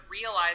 realize